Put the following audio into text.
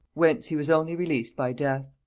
whence he was only released by death.